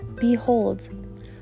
Behold